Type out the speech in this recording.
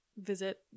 visit